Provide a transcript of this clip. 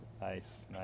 nice